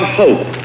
hope